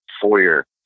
foyer